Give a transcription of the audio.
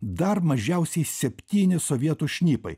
dar mažiausiai septyni sovietų šnipai